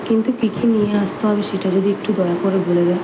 কিন্তু কী কী নিয়ে আসতে হবে সেটা যদি একটু দয়া করে বলে দেন